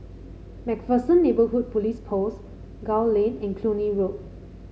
MacPherson Neighbourhood Police Post Gul Lane and Cluny Road